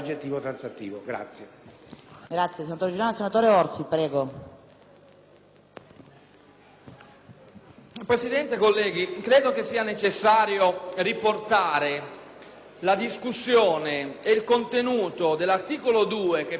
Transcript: Presidente, credo sia necessario riportare la discussione sul contenuto dell'articolo 2, che poi è il cuore di questo provvedimento, alla sua portata, alle sue buone ragioni